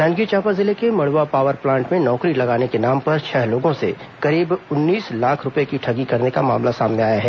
जांजगीर चांपा जिले के Madwa power plant में नौकरी लगाने के नाम पर छह लोगों से करीब उन्नीस लाख रूपये की ठगी करने का मामला सामने आया है